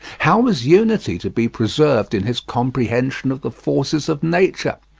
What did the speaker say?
how was unity to be preserved in his comprehension of the forces of nature?